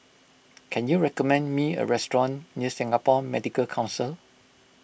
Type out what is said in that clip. can you recommend me a restaurant near Singapore Medical Council